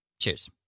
Cheers